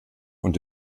und